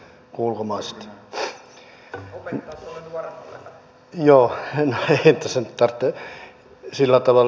joo no ei tässä nyt tarvitse sillä tavalla